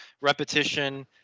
repetition